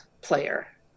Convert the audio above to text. player